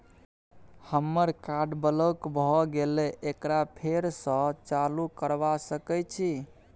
हमर card block भ गेले एकरा फेर स चालू करबा सके छि?